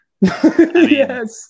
Yes